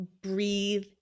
breathe